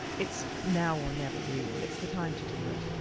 it's now or never really, it's the time to do it.